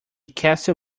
castle